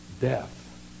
death